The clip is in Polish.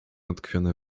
utkwione